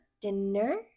dinner